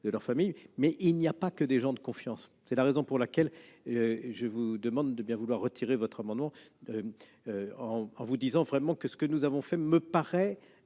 de leur famille, mais il n'y a pas que des gens de confiance ... C'est la raison pour laquelle je vous demande de bien vouloir retirer votre amendement, en vous indiquant que ce que nous avons prévu me paraît